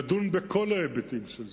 לדון בכל ההיבטים של זה,